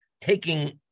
taking